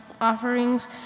offerings